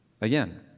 Again